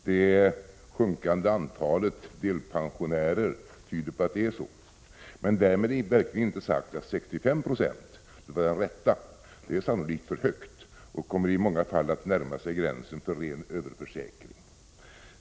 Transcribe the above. Det sjunkande antalet delpensionärer tyder på att det är så. Men därmed är det inte sagt att 65 96 är den rätta nivån. Den är sannolikt för hög och kommer i många fall att närma sig gränsen för ren överförsäkring.